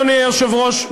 אדוני היושב-ראש,